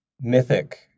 mythic